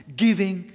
giving